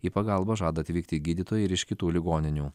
į pagalbą žada atvykti gydytojsi ir iš kitų ligoninių